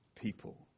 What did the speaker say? people